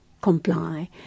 comply